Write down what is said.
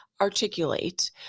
articulate